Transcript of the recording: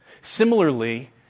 Similarly